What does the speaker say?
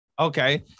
Okay